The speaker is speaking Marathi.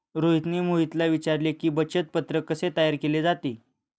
रोहितने मोहितला विचारले की, बचत पत्रक कसे तयार केले जाते?